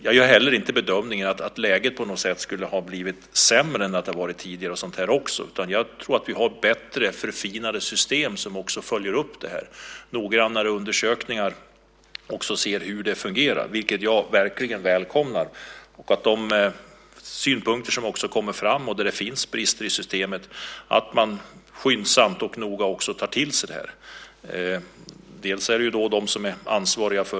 Jag gör inte heller bedömningen att läget på något sätt skulle ha blivit sämre än det har varit tidigare. Jag tror att vi har bättre och förfinade system som också följer upp detta och att det görs noggranna undersökningar av hur det fungerar. Det välkomnar jag verkligen och även att man skyndsamt och noga tar till sig de synpunkter som kommer fram när det gäller brister i systemet.